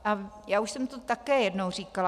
A já už jsem to také jednou říkala.